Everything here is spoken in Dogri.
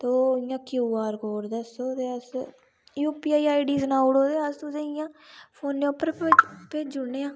ते क्यू आर कोर्ड दस्सो ते U P I I D सुनाई ओड़ो ते अस तुसें गी इ'यां फोनै पर भेज्जी ओड़नियां